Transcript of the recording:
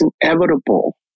inevitable